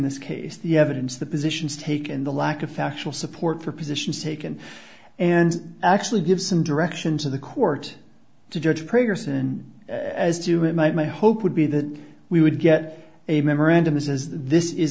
this case the evidence the positions taken the lack of factual support for positions taken and actually give some direction to the court to judge progress and as do it might my hope would be that we would get a memorandum this is